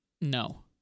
No